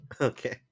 Okay